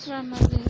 Tiruchirappalli